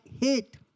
hate